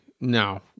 no